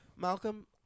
Malcolm